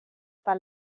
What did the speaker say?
per